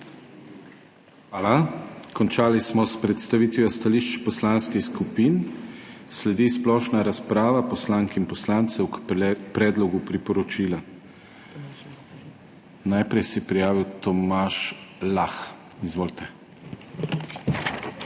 Hvala. Končali smo s predstavitvijo stališč poslanskih skupin. Sledi splošna razprava poslank in poslancev k predlogu priporočila. Najprej se je prijavil Tomaž Lah. Izvolite. TOMAŽ